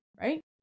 right